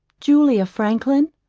julia franklin,